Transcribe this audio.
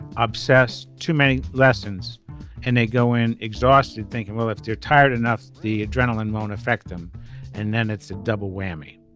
obsess too many lessons and they go in exhausted thinking well if they're tired enough the adrenaline won't affect them and then it's a double whammy.